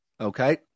Okay